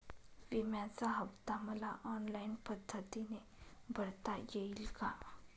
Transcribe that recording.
विम्याचा हफ्ता मला ऑनलाईन पद्धतीने भरता येईल का?